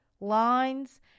lines